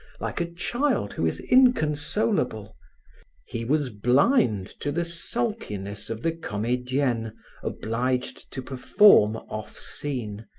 like a child who is inconsolable he was blind to the sulkiness of the comedienne obliged to perform off-scene,